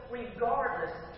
regardless